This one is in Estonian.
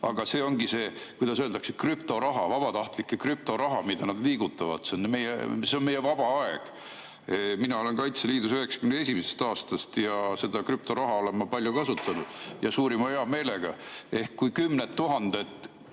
Aga see ongi see, kuidas öelda, krüptoraha, vabatahtlike krüptoraha, mida nad liigutavad. See on meie vaba aeg. Mina olen Kaitseliidus 1991. aastast ja seda krüptoraha olen ma palju kasutanud, teen seda suurima heameelega. Ehk kui kümned tuhanded